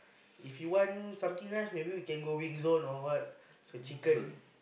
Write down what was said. if you want something nice maybe we can go big zone got chicken